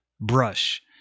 brush